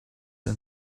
and